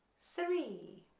three